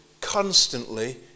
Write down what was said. constantly